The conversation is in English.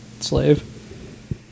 slave